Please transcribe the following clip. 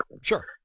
Sure